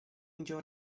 enjoy